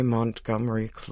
Montgomery